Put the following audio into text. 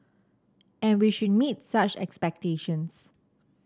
and we should meets such expectations